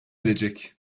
edecek